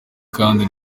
kandi